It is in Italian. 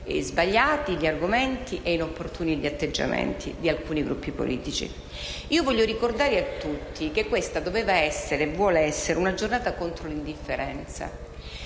sbagliati gli argomenti usati e inopportuni gli atteggiamenti adottati da alcuni Gruppi politici. Voglio ricordare a tutti che questa doveva e vuole essere una giornata contro l'indifferenza;